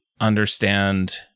understand